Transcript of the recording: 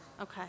Okay